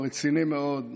רציני מאוד,